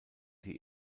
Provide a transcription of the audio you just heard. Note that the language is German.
die